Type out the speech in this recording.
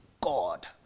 God